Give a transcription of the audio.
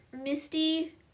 misty